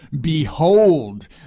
Behold